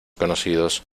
conocidos